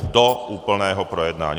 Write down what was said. Do úplného projednání.